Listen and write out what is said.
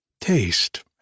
taste